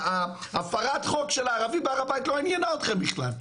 הפרת החוק של הערבים בהר הבית לא ענינה אתכם בכלל.